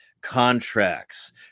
contracts